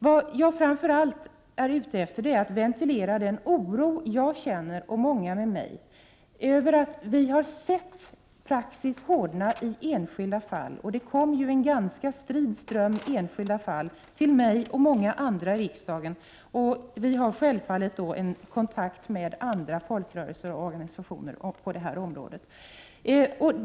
Vad jag framför allt är ute efter är att ventilera den oro jag och många med mig känner över att vi har sett praxis hårdna i enskilda fall. Det kommer ju en ganska strid ström av enskilda fall till mig och många andra i riksdagen, och vi tar självfallet då kontakt med folkrörelseorganisationer på det här området.